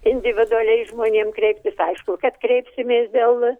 individualiai žmonėm kreiptis aišku kad kreipsimės dėl